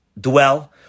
dwell